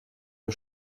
wir